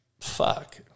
fuck